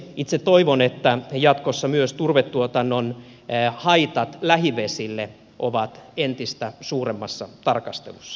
itse toivon että jatkossa myös turvetuotannon haitat lähivesille ovat entistä suuremmassa tarkastelussa